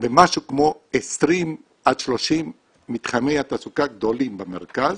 למשהו כמו 20 עד 30 מתחמי תעסוקה גדולים במרכז,